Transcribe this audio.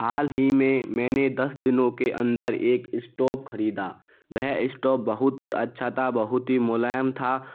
हाल ही में मैंने दस दिनों के अंदर एक इस्टोव खरीदा वह इस्टोव बहुत ही अच्छा था बहुत ही मुलायम था